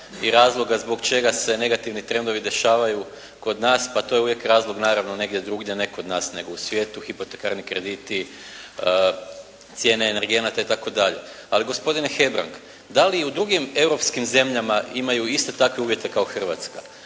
i razloga zbog čega se negativni trendovi dešavaju kod nas, pa to je uvijek razlog naravno negdje drugdje, ne kod nas, nego u svijetu, hipotekarni krediti, cijene energenata itd. Ali gospodine Hebrang, da li u drugim europskim zemljama imaju iste takve uvjete kao i Hrvatska.